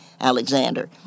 Alexander